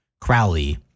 Crowley